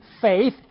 faith